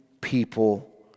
people